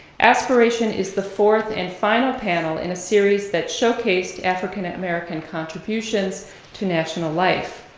aspiration is the fourth and final panel in a series that showcased african-american contributions to national life,